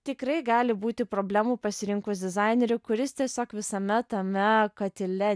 tikrai gali būti problemų pasirinkus dizainerį kuris tiesiog visame tame katile